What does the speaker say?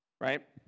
right